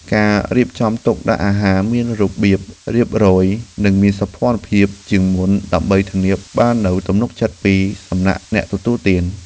ការរៀបចំទុកដាក់អាហារមានរបៀបរៀបរយនិងមានសោភ័ណភាពជាងមុន គឺដើម្បីធានាបាននូវទំនុកចិត្តពីសំណាក់អ្នកទទួលទាន។